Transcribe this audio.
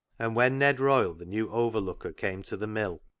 and when ned royle, the new overlooker, came to the mill,